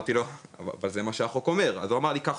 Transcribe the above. כשאמרתי לו שזה מה שהחוק אומר הוא ענה לי "אם ככה,